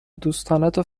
دوستانتو